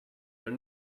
your